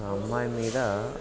ఒక అమ్మాయి మీద